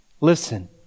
Listen